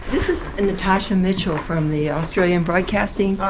this is natasha mitchell, from the australian broadcasting.